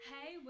Hey